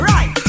Right